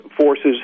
forces